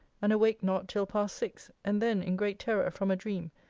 and awaked not till past six, and then in great terror, from a dream,